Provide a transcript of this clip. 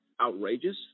outrageous